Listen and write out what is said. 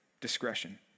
discretion